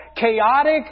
chaotic